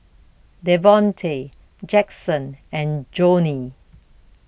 Devonte Jaxson and Joanie